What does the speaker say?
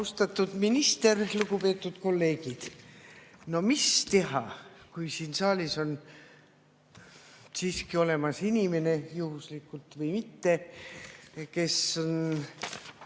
Austatud minister! Lugupeetud kolleegid! No mis teha, kui siin saalis on olemas inimene, juhuslikult või mitte, kes nende